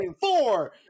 four